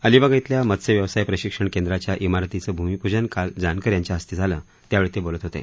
अलिबाग इथल्या मत्स्य व्यवसाय प्रशिक्षण केंद्राच्या इमारतीचं भूमीपूजन काल जानकर यांच्या हस्ते झालं त्यावेळी ते बोलत होते